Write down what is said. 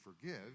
forgive